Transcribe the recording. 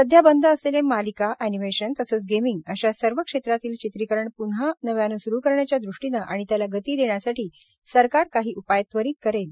सध्या बंद असलेले मालिका आनिमेशन तसंच गेमिंग आशा सर्व क्षेत्रातील चित्रीकरण प्न्हा स्रू करण्याच्या दृष्टीन आणि त्याला गती देण्यासाठी सरकार काही उपाय त्वरित करेल